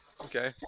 Okay